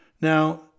Now